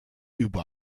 über